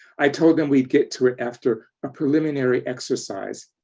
i told them we'd get to it after a preliminary exercise.